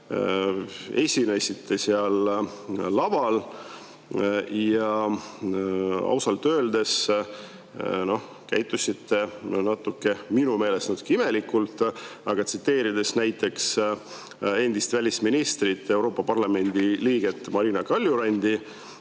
esinesite seal laval ja ausalt öeldes käitusite minu meelest natuke imelikult. Tsiteerin endist välisministrit, Euroopa Parlamendi liiget Marina Kaljuranda,